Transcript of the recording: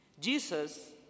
Jesus